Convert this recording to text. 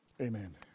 Amen